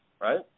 right